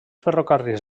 ferrocarrils